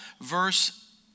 Verse